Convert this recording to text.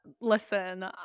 listen